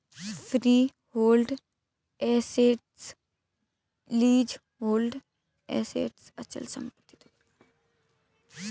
freehold assets, leasehold assets अचल संपत्ति दो प्रकार है